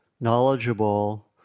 knowledgeable